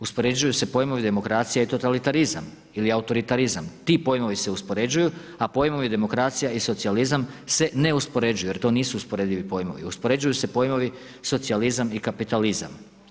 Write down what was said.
Uspoređuju se pojmovi demokracije i totalitarizam ili autoritarizam, ti pojmovi se uspoređuju a pojmovi demokracija i socijalizam se ne uspoređuju jer to nisu usporedivi pojmovi, uspoređuju se pojmovi socijalizam i kapitalizam.